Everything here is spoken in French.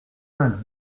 vingt